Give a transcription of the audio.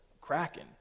cracking